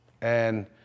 and-